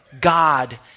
God